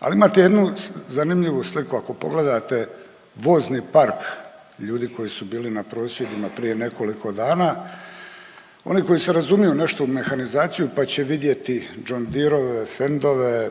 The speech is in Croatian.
Ali imate jednu zanimljivu sliku, ako pogledate vozni park ljudi koji su bili na prosvjedima prije nekoliko dana. Oni koji se razumiju nešto u mehanizaciju pa će vidjeti John Deerove, Fendove,